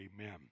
Amen